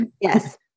Yes